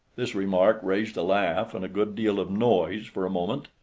this remark raised a laugh and a good deal of noise for a moment.